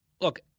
Look